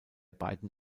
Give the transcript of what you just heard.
beiden